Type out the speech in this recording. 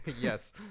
Yes